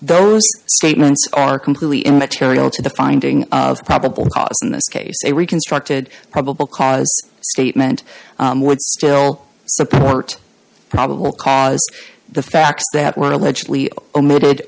those statements are completely immaterial to the finding of probable cause in this case a reconstructed probable cause statement would still support probable cause the facts that were allegedly omitted